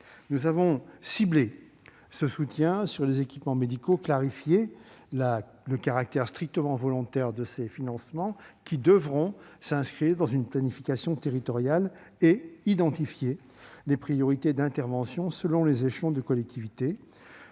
Nous avons ciblé ce soutien sur les équipements médicaux, clarifié le caractère strictement volontaire de ces financements, qui devront s'inscrire dans la planification territoriale, et identifié des priorités d'intervention selon les échelons de collectivités